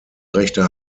rechte